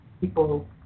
people